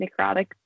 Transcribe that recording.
necrotic